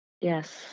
Yes